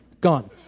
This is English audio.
gone